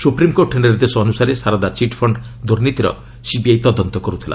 supreme court ନିର୍ଦ୍ଦେଶ ଅନୁସାରେ Saradha chit fund ଦୁର୍ନୀତିର ସିବିଆଇ ତଦନ୍ତ କରୁଥିଲା